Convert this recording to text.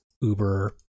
Uber